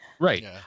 Right